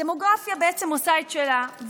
הדמוגרפיה בעצם עושה את שלה,